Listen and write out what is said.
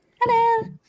hello